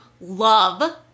love